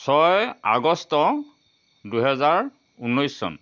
ছয় আগষ্ট দুহেজাৰ ঊনৈছ চন